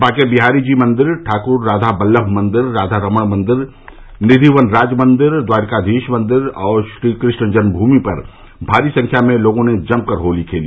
बांके बिहारी जी मंदिर ठाकुर राधाबल्लभ मंदिर राधारमण मंदिर निधिवनराज मंदिर द्वारिकाधीश मंदिर और श्रीकृष्ण जन्मभूमि पर भारी संख्या में लोगों ने जमकर होली खेली